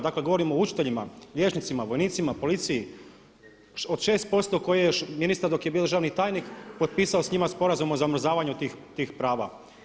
Dakle, govorimo o učiteljima, liječnicima, vojnicima, policiji od 6% ministar dok je još bio državni tajnik potpisao s njima sporazum o zamrzavanju tih prava.